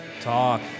talk